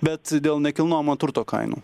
bet dėl nekilnojamo turto kainų